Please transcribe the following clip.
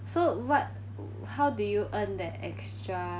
so what how do you earn the extra